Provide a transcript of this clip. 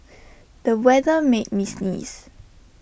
the weather made me sneeze